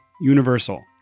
universal